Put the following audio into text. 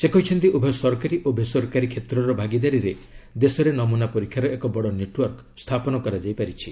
ସେ କହିଛନ୍ତି ଉଭୟ ସରକାରୀ ଓ ବେସରକାରୀ କ୍ଷେତ୍ରର ଭାଗିଦାରିରେ ଦେଶରେ ନମ୍ନନା ପରୀକ୍ଷାର ଏକ ବଡ ନେଟୱାର୍କ ସ୍ଥାପନ କରାଯାଇଛି